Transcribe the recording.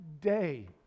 day